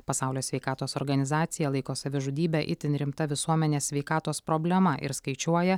pasaulio sveikatos organizacija laiko savižudybę itin rimta visuomenės sveikatos problema ir skaičiuoja